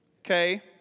okay